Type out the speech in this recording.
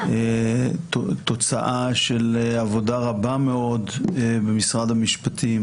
תוצאה של עבודה רבה מאוד במשרד המשפטים